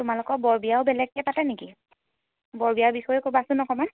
তোমালোকৰ বৰবিয়াও বেলেগকৈ পাতে নিকি বৰবিয়াৰ বিষয়েই ক'বাচোন অকণমান